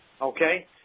Okay